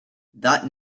that